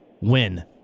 win